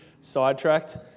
Sidetracked